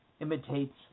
Imitates